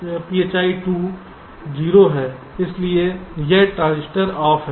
इसलिए यह transistor off है